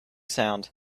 sound